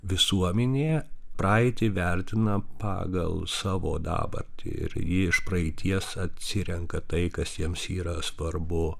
visuomenė praeitį vertina pagal savo dabartį ir ji iš praeities atsirenka tai kas jiems yra svarbu